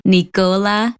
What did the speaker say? Nicola